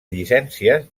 llicències